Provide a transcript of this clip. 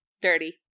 Dirty